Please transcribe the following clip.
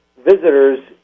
visitors